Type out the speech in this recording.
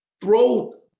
throw